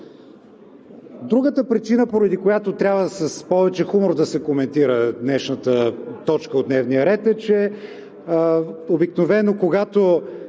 Другата причина, поради която трябва с повече хумор да се коментира днешната точка от дневния ред, е, че обикновено когато